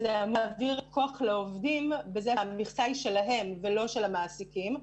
זה מעביר כוח לעובדים והמכסה היא שלהם ולא של המעסיקים.